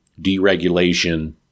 deregulation